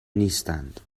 نیستند